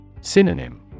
Synonym